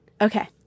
Okay